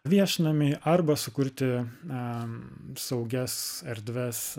viešnamiai arba sukurti saugias erdves